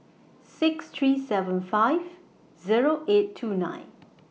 six three seven five Zero eight two nine